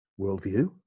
worldview